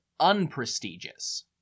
unprestigious